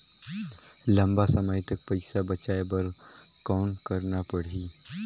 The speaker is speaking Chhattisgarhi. लंबा समय तक पइसा बचाये बर कौन करना पड़ही?